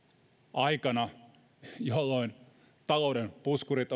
aikana jolloin talouden puskurit